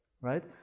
right